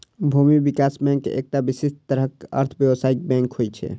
भूमि विकास बैंक एकटा विशिष्ट तरहक अर्ध व्यावसायिक बैंक होइ छै